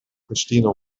christina